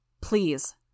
Please